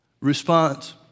response